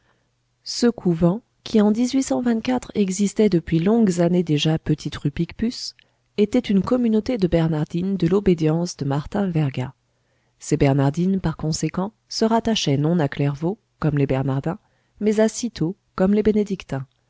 ce couvent qui en existait depuis longues années déjà petite rue picpus était une communauté de bernardines de l'obédience de martin verga ces bernardines par conséquent se rattachaient non à clairvaux comme les bernardins mais à cîteaux comme les bénédictins